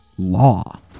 Law